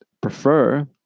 prefer